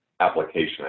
application